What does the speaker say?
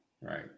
Right